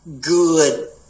good